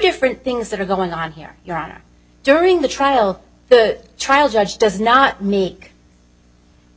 different things that are going on here your honor during the trial the trial judge does not meek